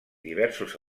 diversos